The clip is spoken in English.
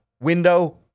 window